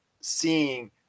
seeing